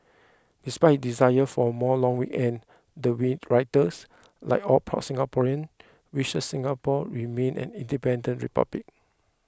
despite his desire for more long weekends the writers like all proud Singaporeans wishes Singapore remains an independent republic